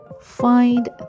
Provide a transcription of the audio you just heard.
Find